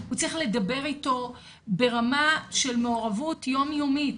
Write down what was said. הוא צריך לדבר אתו ברמה של מעורבות יומיומית,